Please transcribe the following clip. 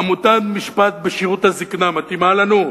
עמותה למשפט בשירות הזיקנה מתאימה לנו?